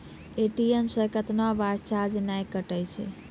ATM से कैतना बार चार्ज नैय कटै छै?